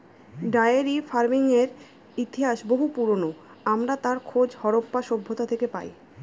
diary ফার্মিংয়ের ইতিহাস বহু পুরোনো, আমরা তার খোঁজ হরপ্পা সভ্যতা থেকে পাই